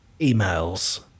emails